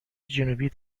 جنوبی